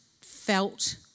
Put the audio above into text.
felt